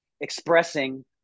expressing